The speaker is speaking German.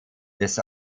des